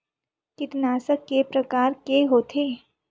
कीटनाशक के प्रकार के होथे?